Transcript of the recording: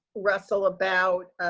russell, about